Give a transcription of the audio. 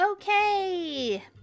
Okay